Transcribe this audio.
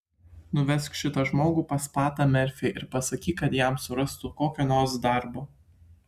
nuvesk šitą žmogų pas patą merfį ir pasakyk kad jam surastų kokio nors darbo